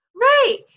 Right